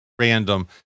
random